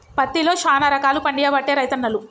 పత్తిలో శానా రకాలు పండియబట్టే రైతన్నలు